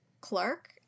Clark